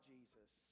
Jesus